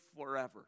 forever